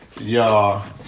y'all